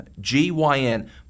G-Y-N